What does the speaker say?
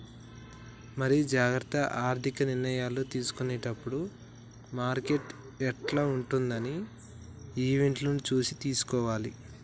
మరి జాగ్రత్త ఆర్థిక నిర్ణయాలు తీసుకునేటప్పుడు మార్కెట్ యిట్ల ఉంటదని ఈవెంట్లను చూసి తీసుకోవాలి